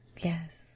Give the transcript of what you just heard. Yes